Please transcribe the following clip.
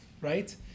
right